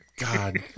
God